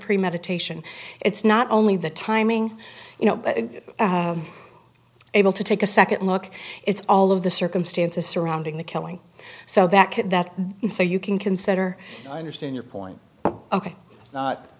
premeditation it's not only the timing you know able to take a second look it's all of the circumstances surrounding the killing so that that so you can consider i understand your point but it's not